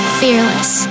fearless